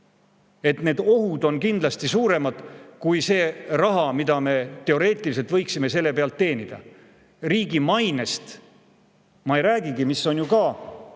Need ohud on kindlasti suuremad kui see raha, mida me teoreetiliselt võiksime selle pealt teenida. Riigi mainest ma ei räägigi, mis on ju ka